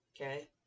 okay